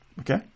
Okay